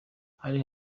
hari